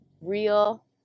real